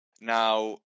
Now